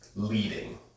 leading